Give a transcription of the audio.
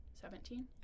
Seventeen